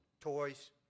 toys